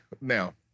now